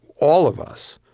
all of us,